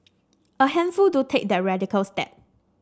a handful do take that radical step